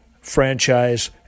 franchise